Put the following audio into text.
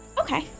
Okay